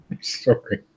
sorry